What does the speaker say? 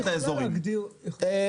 אנחנו לא רוצים שזה יהיה פתוח עכשיו,